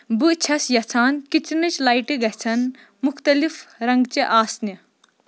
بہٕ چھَس یژھان کِچنٕچ لایٹہِ گژھن مُختلف رنٛگچہِ آسنہِ